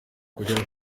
kugera